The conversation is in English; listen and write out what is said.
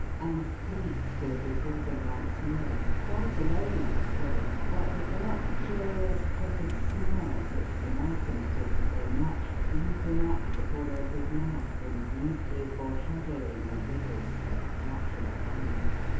and cleek stood before them once more quite alone still, but with that curious crooked smile which to narkom stood for so much, looping up the corner of his mouth and mutely foreshadowing the riddle's spectacular end.